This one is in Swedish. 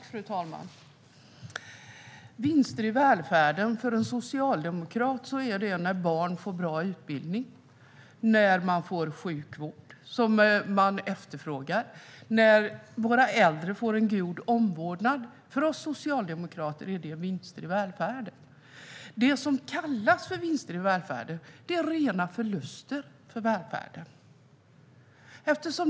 Fru talman! Vinster i välfärden - för en socialdemokrat är det när barn får bra utbildning, när man får den sjukvård man efterfrågar och när våra äldre får en god omvårdnad. För oss socialdemokrater är det vinster i välfärden. Det som kallas för vinster i välfärden är rena förluster för välfärden.